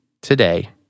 today